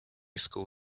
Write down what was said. school